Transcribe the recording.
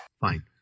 Fine